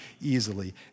easily